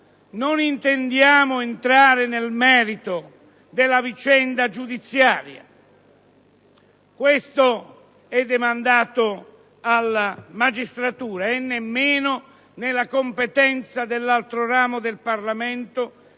Non intendiamo entrare nel merito della vicenda giudiziaria - che è demandata alla magistratura - e nemmeno nella competenza dell'altro ramo del Parlamento